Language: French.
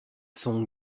son